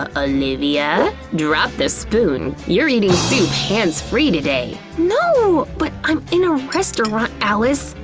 ah ah olivia? drop the spoon, you're eating soup hands-free today! no! but i'm in a restaurant, alice!